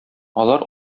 алар